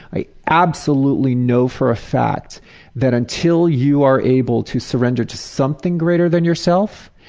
i absolutely know for a fact that until you are able to surrender to something greater than yourself,